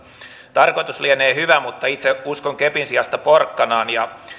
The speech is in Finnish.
tarkoitus lienee hyvä mutta itse uskon kepin sijasta porkkanaan ja